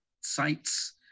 sites